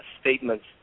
statements